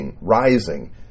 rising